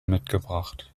mitgebracht